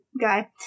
guy